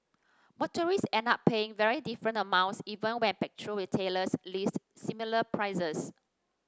motorists end up paying very different amounts even when petrol retailers list similar prices